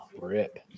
rip